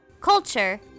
Culture